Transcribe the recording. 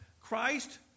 Christ